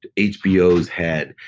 hbo's head,